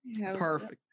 perfect